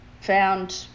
found